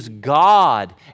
God